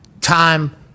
time